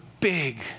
big